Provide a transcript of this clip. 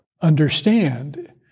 understand